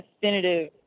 definitive